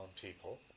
people